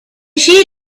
she